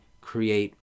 create